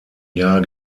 jahr